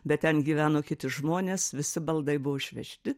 bet ten gyveno kiti žmonės visi baldai buvo išvežti